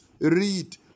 Read